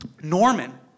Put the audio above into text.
Norman